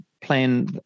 plan